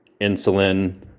insulin